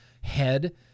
head